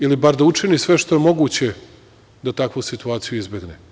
Ili bar da učini sve što je moguće da takvu situaciju izbegne.